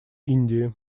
индии